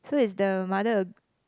so is the mother a